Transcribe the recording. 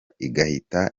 igahita